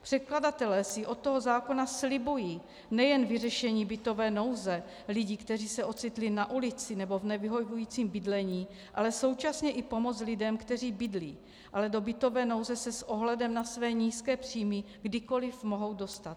Předkladatelé si od toho zákona slibují nejen vyřešení bytové nouze lidí, kteří se ocitli na ulici nebo v nevyhovujícím bydlení, ale současně i pomoc lidem, kteří bydlí, ale do bytové nouze se s ohledem na své nízké příjmy kdykoliv mohou dostat.